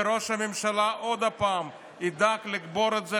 וראש הממשלה עוד הפעם ידאג לקבור את זה